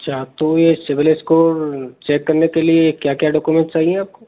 अच्छा तो ये सिबिल स्कोर चेक करने के लिए क्या क्या डॉक्यूमेंट चाहिए आपको